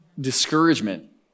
discouragement